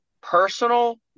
personal